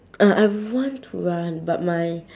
uh I want to run but my